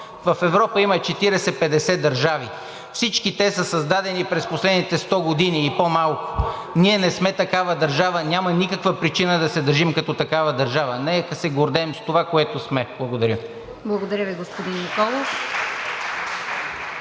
В Европа има 40 – 50 държави, всички те са създадени през последните 100 години и по малко, ние не сме такава държава, няма никаква причина да се държим като такава държава. Нека да се гордеем с това, което сме. Благодаря. (Ръкопляскания от